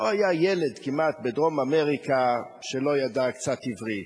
לא היה כמעט ילד בדרום-אמריקה שלא ידע קצת עברית,